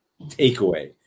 takeaway